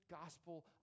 gospel